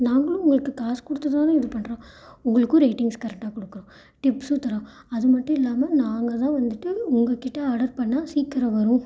நாங்களும் உங்களுக்கு காசு கொடுத்துதான இது பண்ணுறோம் உங்களுக்கும் ரேட்டிங்ஸ் கரெக்டாக கொடுக்குறோம் டிப்ஸும் தர்றோம் அது மட்டும் இல்லாமல் நாங்கள் தான் வந்துவிட்டு உங்கக்கிட்டே ஆடர் பண்ணால் சீக்கிரம் வரும்